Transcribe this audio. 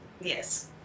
Yes